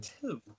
Two